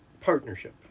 partnership